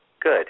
Good